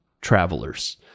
travelers